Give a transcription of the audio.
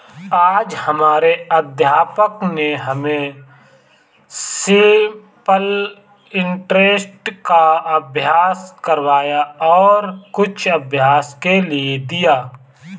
आज हमारे अध्यापक ने हमें सिंपल इंटरेस्ट का अभ्यास करवाया और कुछ अभ्यास के लिए दिया